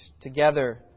together